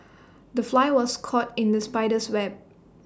the fly was caught in the spider's web